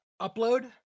Upload